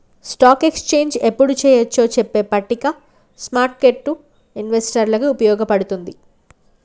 stock exchange యెప్పుడు చెయ్యొచ్చో చెప్పే పట్టిక స్మార్కెట్టు ఇన్వెస్టర్లకి వుపయోగపడతది